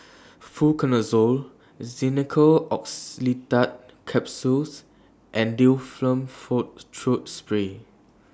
Fluconazole Xenical Orlistat Capsules and Difflam Forte Throat Spray